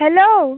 hello